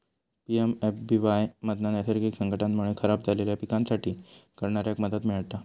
PMFBY मधना नैसर्गिक संकटांमुळे खराब झालेल्या पिकांसाठी करणाऱ्याक मदत मिळता